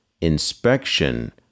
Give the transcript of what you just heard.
inspection